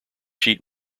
sheet